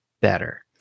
better